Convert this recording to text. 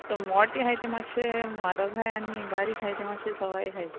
ते मोटे आहाय ते मातशे म्हारोग आहाय आनी बारीक आहाय ते मातशे सोवाय आहाय